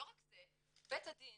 לא רק זה, בית הדין